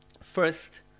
first